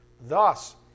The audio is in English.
Thus